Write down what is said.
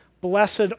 blessed